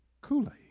Kool-Aid